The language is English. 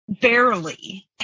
Barely